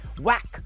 Whack